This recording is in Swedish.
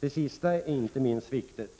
Det sista är inte minst viktigt.